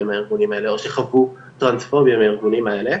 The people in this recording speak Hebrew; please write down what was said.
מהארגונים האלה או שחוו טרנספוביה מהארגונים האלה.